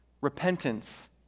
Repentance